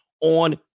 on